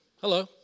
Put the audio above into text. hello